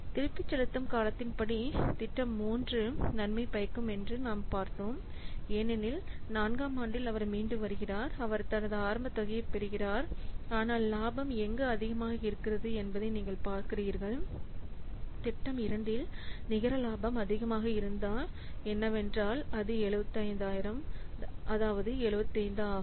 திருப்பிச் செலுத்தும் காலத்தின் படி திட்டம் 3 நன்மை பயக்கும் என்று நாம் கண்டோம் ஏனெனில் 4 ஆம் ஆண்டில் அவர் மீண்டு வருகிறார் அவர் தனது ஆரம்பத் தொகையைப் பெறுகிறார் ஆனால் லாபம் எங்கு அதிகமாக இருக்கிறது என்பதை நீங்கள் பார்க்கிறீர்கள் திட்டம் 2 இல் மிக நிகர லாபம் அதிகமாக இருந்தால் என்னவென்றால் அது 75 ஆகும்